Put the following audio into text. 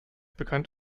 bekannt